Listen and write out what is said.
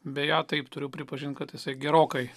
beje taip turiu pripažint kad jisai gerokai